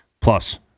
plus